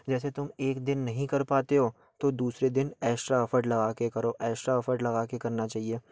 जैसे तुम एक दिन नहीं कर पाते हो तो दूसरे दिन ऐस्ट्रा एफर्ट लगा के करो ऐस्ट्रा एफर्ट लगा के करना चहिए